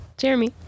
Jeremy